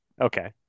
okay